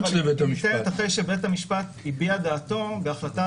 אבל בית המשפט הביע את דעתו בהחלטה